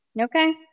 Okay